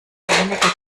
weniger